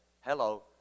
Hello